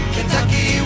Kentucky